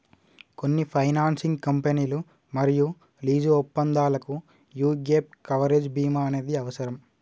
కొన్ని ఫైనాన్సింగ్ కంపెనీలు మరియు లీజు ఒప్పందాలకు యీ గ్యేప్ కవరేజ్ బీమా అనేది అవసరం